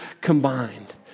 combined